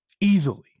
Easily